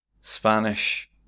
Spanish